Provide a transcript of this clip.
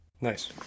Nice